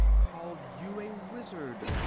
called you a wizard.